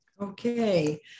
Okay